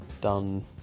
done